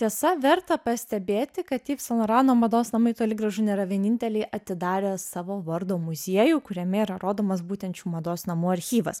tiesa verta pastebėti kad yv san lorano mados namai toli gražu nėra vieninteliai atidarę savo vardo muziejų kuriame yra rodomas būtent šių mados namų archyvas